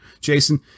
Jason